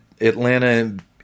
Atlanta